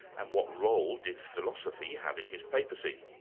and what role did philosophy have in his papacy?